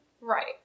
Right